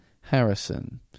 Harrison